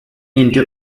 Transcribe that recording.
into